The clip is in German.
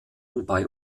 wobei